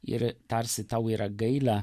ir tarsi tau yra gaila